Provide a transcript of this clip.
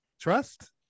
Trust